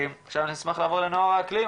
אני אשמח לעבור לנוער האקלים,